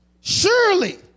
Surely